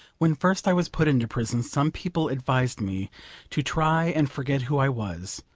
when first i was put into prison some people advised me to try and forget who i was.